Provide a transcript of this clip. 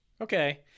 Okay